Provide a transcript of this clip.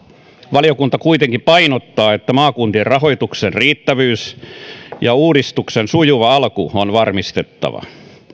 valiokunta kuitenkin painottaa että maakuntien rahoituksen riittävyys ja uudistuksen sujuva alku on varmistettava